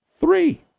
Three